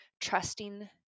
trusting